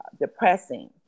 depressing